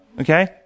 Okay